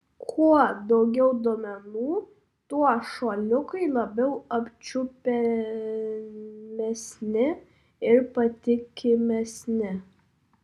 kuo daugiau duomenų tuo šuoliukai labiau apčiuopiamesni ir patikimesni